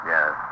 Yes